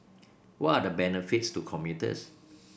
what are the benefits to commuters